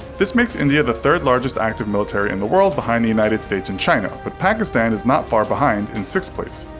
this makes india the third largest active military in the world behind the united states and china, but pakistan is not far behind in sixth place.